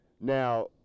Now